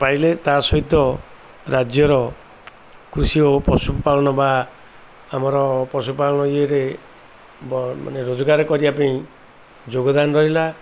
ପାଇଲେ ତା' ସହିତ ରାଜ୍ୟର କୃଷି ଓ ପଶୁପାଳନ ବା ଆମର ପଶୁପାଳନ ଇଏରେ ମାନେ ରୋଜଗାର କରିବା ପାଇଁ ଯୋଗଦାନ ରହିଲା